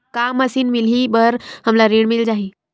का मशीन मिलही बर हमला ऋण मिल जाही?